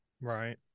Right